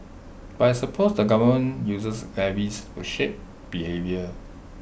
but I suppose the government uses levies to shape behaviour